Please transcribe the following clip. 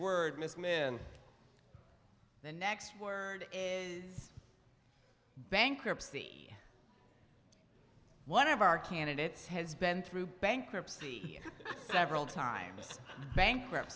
word most men the next word is bankruptcy one of our candidates has been through bankruptcy several times bankrupt